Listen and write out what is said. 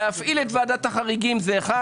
להפעיל את ועדת החריגים, זה אחד.